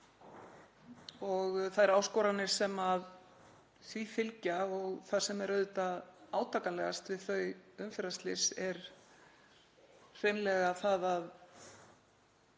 og þær áskoranir sem því fylgja. Það sem er auðvitað átakanlegast við þau umferðarslys er hreinlega það